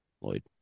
Lloyd